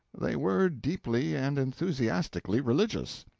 they were deeply and enthusiastically religious.